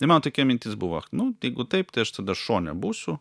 tai man tokia mintis buvo nu jeigu taip tai aš tada šone būsiu